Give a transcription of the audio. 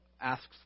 asks